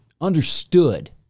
understood